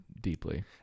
deeply